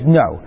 no